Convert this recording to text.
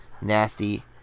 nasty